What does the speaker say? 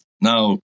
Now